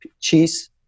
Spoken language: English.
cheese